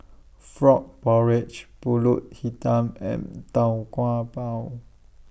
Frog Porridge Pulut Hitam and Tau Kwa Pau